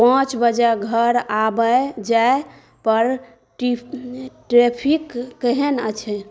पाँच बजे घर आबय जाय पर ट्रैफिक केहन अछि